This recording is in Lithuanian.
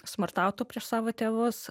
smurtautų prieš savo tėvus